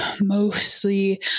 mostly